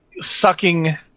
sucking